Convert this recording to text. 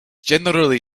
generally